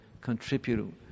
contribute